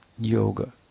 yoga